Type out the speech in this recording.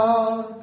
God